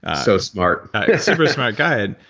so smart super smart guy.